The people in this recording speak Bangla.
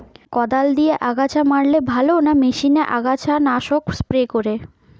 কদাল দিয়ে আগাছা মারলে ভালো না মেশিনে আগাছা নাশক স্প্রে করে?